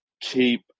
keep